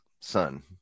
son